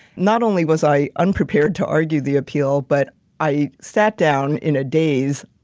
not only was i unprepared to argue the appeal, but i sat down in a daze.